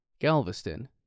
Galveston